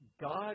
God